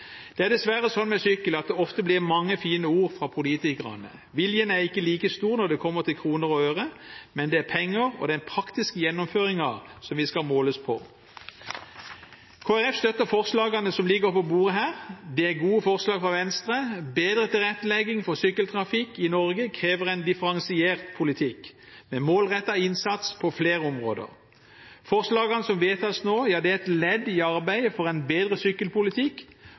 Det er dessverre slik med sykkel at det ofte blir mange fine ord fra politikerne. Viljen er ikke like stor når det kommer til kroner og øre, men det er penger og den praktiske gjennomføringen som vi skal måles på. Kristelig Folkeparti støtter forslagene som ligger på bordet her, det er gode forslag fra Venstre. Bedre tilrettelegging for sykkeltrafikk i Norge krever en differensiert politikk med målrettet innsats på flere områder. Forslagene som vedtas nå, er et ledd i arbeidet for en bedre sykkelpolitikk.